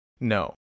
No